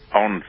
on